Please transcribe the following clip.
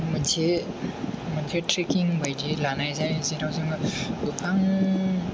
मोनसे मोनसे ट्रेक्किं बायदि लानायजायो जेराव जोङो गोबां